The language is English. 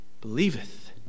believeth